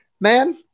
man